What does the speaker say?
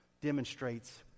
demonstrates